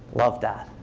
love, dad.